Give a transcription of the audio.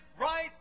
right